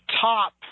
top